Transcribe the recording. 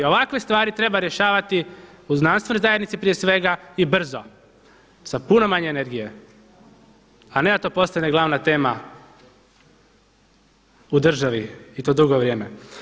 Ovakve stvari treba rješavati u znanstvenoj zajednici prije svega i brzo sa puno manje energije, a ne da to postane glavna tema u državi i to dugo vrijeme.